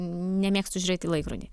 nemėgstu žiūrėt į laikrodį